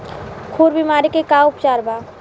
खुर बीमारी के का उपचार बा?